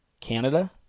Canada